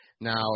Now